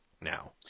now